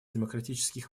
демократических